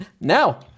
Now